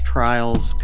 Trials